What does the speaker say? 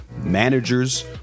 managers